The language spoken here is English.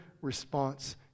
response